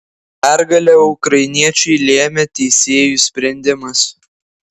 pergalę ukrainiečiui lėmė teisėjų sprendimas